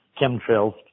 chemtrails